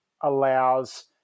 allows